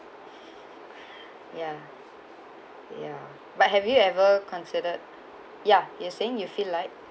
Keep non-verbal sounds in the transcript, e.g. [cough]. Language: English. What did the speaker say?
[breath] ya ya but have you ever considered ya you are saying you feel like